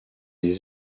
les